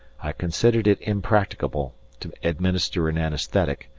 i considered it impracticable to administer an anaesthetic,